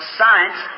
science